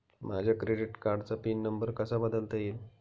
माझ्या क्रेडिट कार्डचा PIN number कसा बदलता येईल?